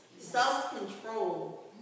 self-control